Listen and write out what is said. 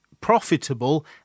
profitable